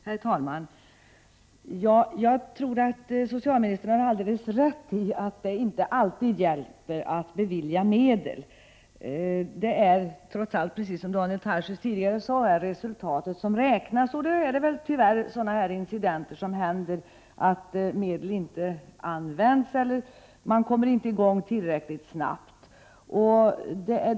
Herr talman! Jag tror att socialministern har alldeles rätt i att det inte alltid hjälper att bevilja medel. Det är trots allt resultatet som räknas — precis som Daniel Tarschys sade tidigare. Tyvärr förekommer det incidenter där medel inte utnyttjas eller där man inte kommer i gång tillräckligt snabbt.